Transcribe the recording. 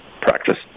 practice